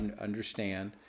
understand